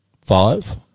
five